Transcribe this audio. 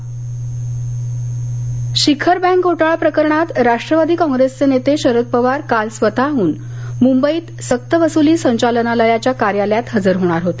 शरद पवार शिखर बँक घोटाळा प्रकरणात राष्ट्रवादी कॉप्रेसचे नेते शरद पवार काल स्वतःहन मुंबईत सक्तवसुली संचालनालयाच्या कार्यालयात हजर होणार होते